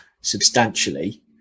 substantially